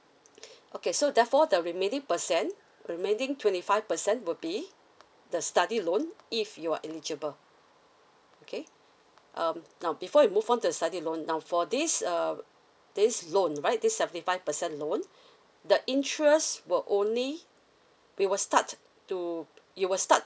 okay so therefore the remaining percent remaining twenty five percent will be the study loan if you are eligible okay um now before we move on to study loan now for this uh this loan right this seventy five percent loan the interest will only we will start to you will start